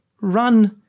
run